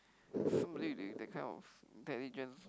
somebody they that kind of intelligence